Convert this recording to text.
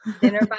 Dinner